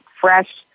fresh